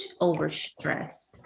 overstressed